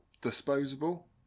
disposable